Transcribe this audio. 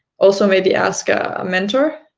also maybe ask ah a mentor.